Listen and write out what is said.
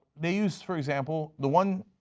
they used, for example, the one